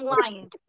lying